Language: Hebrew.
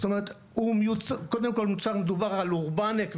קודם כל מדובר על אורבנק,